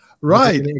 right